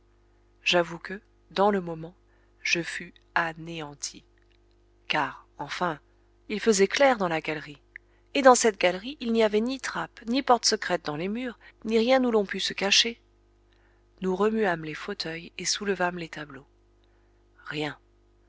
j'avoue que dans le moment je fus anéanti car enfin il faisait clair dans la galerie et dans cette galerie il n'y avait ni trappe ni porte secrète dans les murs ni rien où l'on pût se cacher nous remuâmes les fauteuils et soulevâmes les tableaux rien